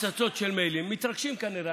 הפצצות של מיילים, מתרגשים, כנראה.